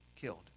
killed